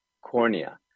cornea